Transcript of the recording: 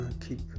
keep